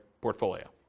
portfolio